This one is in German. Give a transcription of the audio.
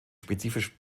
spezifischen